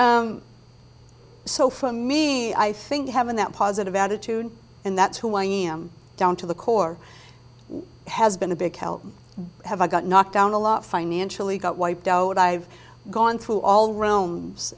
i'm so for me i think having that positive attitude and that's who i am down to the core has been a big help have i got knocked down a lot financially got wiped out i've gone through all r